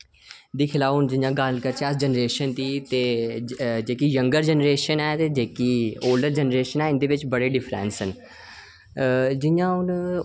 दिक्खी लाओ हुन जि'यां गल्ल करचै अस जनरेशन दी ते जेह्की यंगर जनरेशन ऐ ते जेह्की ओल्डर जनरेशन ऐ इन्दे बिच बड़े डिफरेंस जि'यां हुन